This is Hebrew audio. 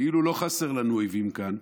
כאילו לא חסר לנו אויבים כאן,